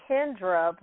Kendra